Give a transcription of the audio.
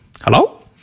Hello